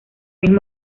mismo